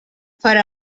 for